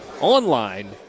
Online